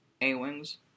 A-Wings